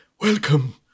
Welcome